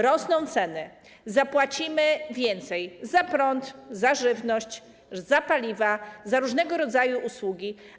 Rosną ceny, zapłacimy więcej za prąd, żywność, paliwa, za różnego rodzaju usługi.